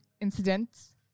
incidents